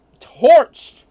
torched